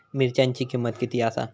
मिरच्यांची किंमत किती आसा?